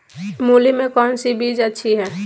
मूली में कौन सी बीज अच्छी है?